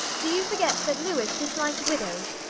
do you forget that louis disliked widows,